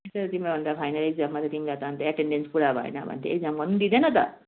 त्यसरी तिम्रो अन्त फाइनल एक्जाम त तिमीलाई त अन्त एटेन्डेन्स पुरा भएन भने त एक्जाम गर्नुदिँदैन त